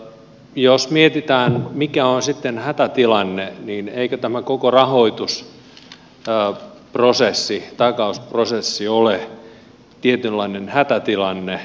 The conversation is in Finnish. jos mietitään mikä on sitten hätätilanne eivätkö koko rahoitusprosessi ja takausprosessi ole tietynlainen hätätilanne